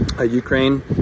Ukraine